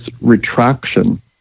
retraction